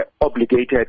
obligated